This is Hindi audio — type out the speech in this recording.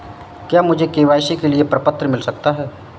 क्या मुझे के.वाई.सी के लिए प्रपत्र मिल सकता है?